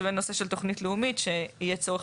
הוא הנושא של תוכנית לאומית שיהיה צורך